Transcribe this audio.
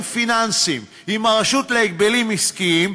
פיננסיים עם הרשות להגבלים עסקיים,